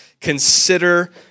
consider